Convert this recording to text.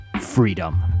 freedom